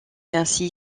ainsi